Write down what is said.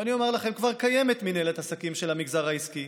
ואני אומר לכם שכבר קיימת מינהלת עסקים של המגזר העסקי,